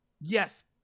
Yes